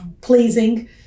pleasing